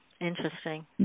Interesting